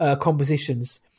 compositions